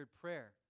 prayer